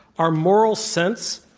our moral sense,